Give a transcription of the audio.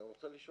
אני.